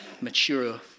mature